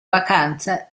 vacanza